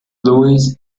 louis